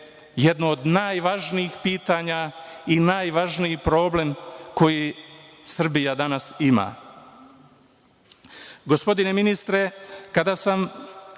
jedno od najvažnijih pitanja i najvažniji problem koji Srbija danas ima. Gospodine ministre, kada sam